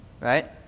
right